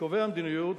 שקובע מדיניות,